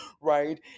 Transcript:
Right